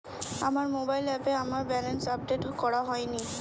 আমার মোবাইল অ্যাপে আমার ব্যালেন্স আপডেট করা হয়নি